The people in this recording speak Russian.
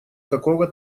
какого